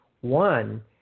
One